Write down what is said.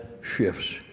shifts